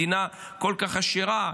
מדינה כל כך עשירה,